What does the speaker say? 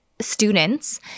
students